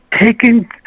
taking